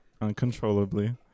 uncontrollably